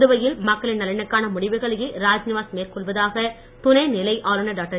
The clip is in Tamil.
புதுவையில் மக்களின் நலனுக்கான முடிவுகளையே ராஜ்நிவாஸ் மேற்கொள்வதாக துணைநிலை ஆளுநர் டாக்டர்